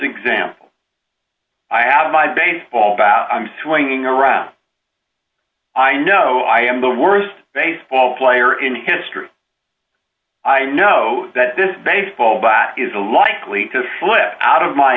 example i have my bank ball bat i'm swinging around i know i am the worst baseball player in history i know that this baseball bat is a likely to blow it out of my